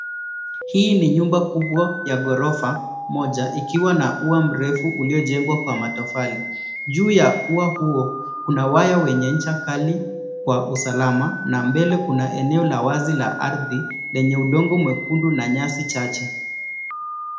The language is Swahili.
Hii ni nyumba kubwa ya ghorofa moja ikiwa na ua mrefu uliojengwa kwa matofali, juu ya ua huo kuna waya wenye ncha kali kwa usalama na mbele kuna eneo la wazi la ardhi lenye udongo mwen=kundu na nyasi chache.